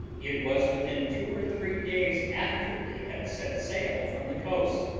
it was within two or three days after they had set sail from the coast.